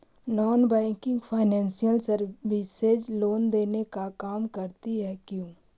Non banking financial services loan देने का काम करती है क्यू?